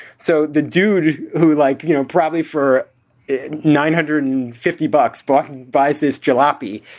so the dude who like, you know, probably for nine hundred and fifty bucks button buys this jalopy